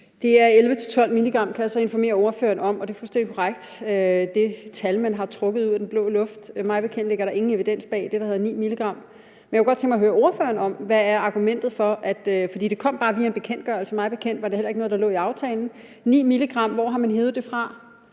Det er 11-12 mg, kan jeg så informere ordføreren om, og det er fuldstændig korrekt, at det er et tal, man har trukket ud af den blå luft. Mig bekendt ligger der ingen evidens bag det, der hedder 9 mg. Men jeg kunne godt tænke mig høre ordføreren om, hvad argumentet er for 9 mg. Det kom bare via en bekendtgørelse; mig bekendt var det heller ikke noget, der lå i aftalen. Er det bare noget, man